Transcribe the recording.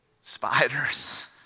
spiders